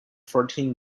fourteen